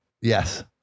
Yes